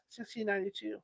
1692